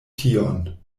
tion